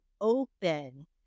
open